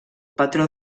patró